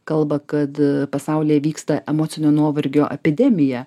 kalba kad pasaulyje vyksta emocinio nuovargio epidemija